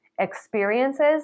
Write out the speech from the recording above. experiences